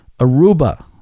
Aruba